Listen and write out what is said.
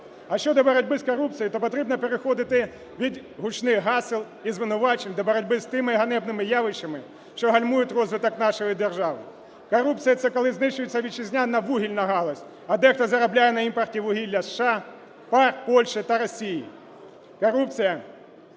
А щодо боротьби з корупцією, то потрібно переходити від гучних гасел і звинувачень до боротьби з тими ганебними явищами, що гальмують розвиток нашої держави. Корупція – це коли знищується вітчизняна вугільна галузь, а дехто заробляє на імпорті вугілля з США, ПАР, Польщі та Росії. Корупція –